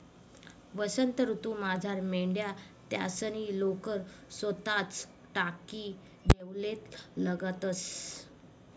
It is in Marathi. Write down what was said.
वसंत ऋतूमझार मेंढ्या त्यासनी लोकर सोताच टाकी देवाले लागतंस